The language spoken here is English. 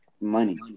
money